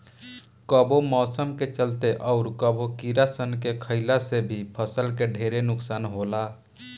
कबो मौसम के चलते, अउर कबो कीड़ा सन के खईला से भी फसल के ढेरे नुकसान होला